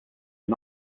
are